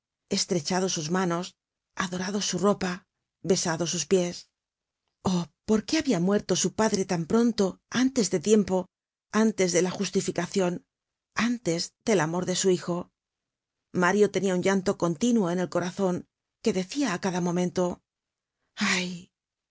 cicatriz estrechado sus manos adorado su ropa besado sus pies oh por qué habia muerto su padre tan pronto antes de tiempo antes de la justificacion antes del amor de su hijo mario tenia un llanto continuo en el corazon que decia á cada momento ay